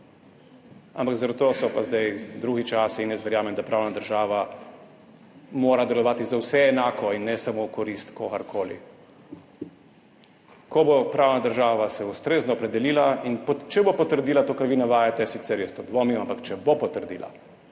Ampak zato so pa zdaj drugi časi in jaz verjamem, da pravna država mora delovati za vse enako in ne samo v korist kogarkoli. Ko se bo pravna država ustrezno opredelila in če bo potrdila to, kar vi navajate, sicer jaz to dvomim, ampak če bo potrdila,